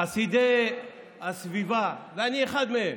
חסידי הסביבה, ואני אחד מהם,